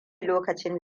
lokacin